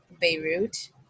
Beirut